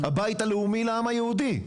הבית הלאומי לעם היהודי.